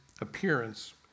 appearance